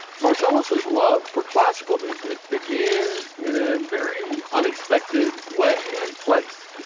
marcello's his love for classical music began in a very unexpected way and place.